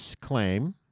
claim